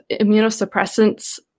immunosuppressants